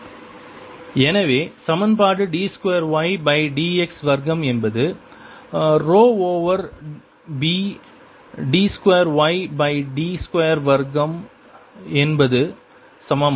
B2yx2ρ2yt2 எனவே சமன்பாடு d 2 y by d x வர்க்கம் என்பது rho over B d 2 y by d 2 வர்க்கம் க்கு சமம்